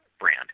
brand